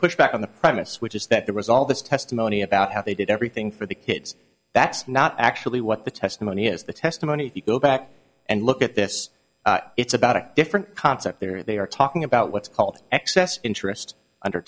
pushed back on the premise which is that there was all this testimony about how they did everything for the kids that's not actually what the testimony is the testimony if you go back and look at this it's about a different concept there they are talking about what's called excess interest under